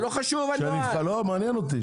לא חשוב הנוהל --- לא מעניין אותי.